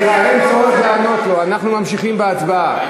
סליחה, אין צורך לענות לו, אנחנו ממשיכים בהצבעה.